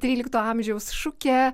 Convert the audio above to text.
trylikto amžiaus šukę